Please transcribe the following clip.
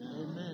Amen